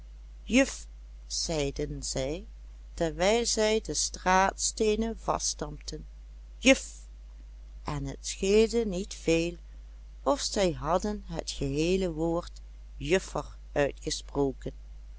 zeiden zij terwijl zij de straatsteenen vaststampten juf en het scheelde niet veel of zij hadden het geheele woord juffer uitgesproken